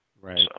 Right